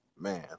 man